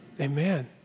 Amen